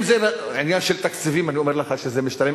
אם זה עניין של תקציבים, אני אומר לך שזה משתלם.